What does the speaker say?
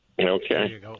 Okay